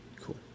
Cool